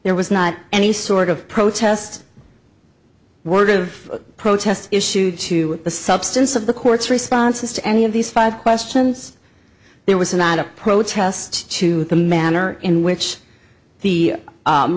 there was not any sort of protest word of protest issued to the substance of the court's responses to any of these five questions there was not a protest to the manner in which the